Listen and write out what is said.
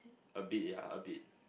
a bit ya a bit